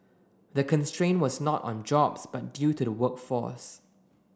the constraint was not on jobs but due to the workforce